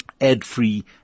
ad-free